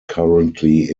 currently